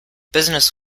business